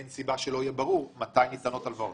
אין סיבה שלא יהיה ברור מתי ניתנות הלוואות.